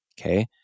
okay